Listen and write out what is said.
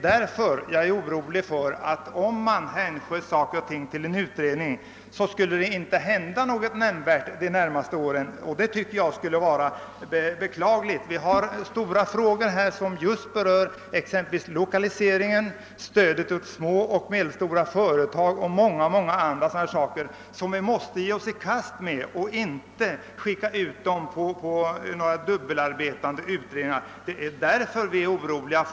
Om man skulle hänskjuta saker och ting till en utredning, skulle inte något nämnvärt hända de närmaste åren, vilket skulle vara beklagligt. Vi har framför oss stora frågor som berör exempelvis lokaliseringen, stödet till små och medelstora företag och många andra saker, med vilka vi måste ge oss i kast. Vi får inte skicka ut dessa frågor på remiss till några dubbelarbetande utredningar. Det är därför vi är oroliga.